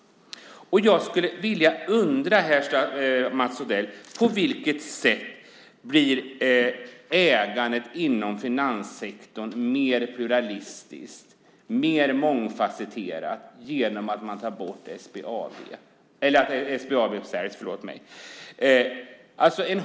Jag skulle vilja fråga Mats Odell på vilket sätt ägandet inom finanssektorn blir mer pluralistiskt, mer mångfasetterat, genom att SBAB säljs.